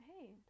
Hey